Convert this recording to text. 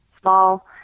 Small